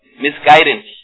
misguidance